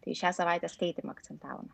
tai šią savaitę skaitymą akcentavome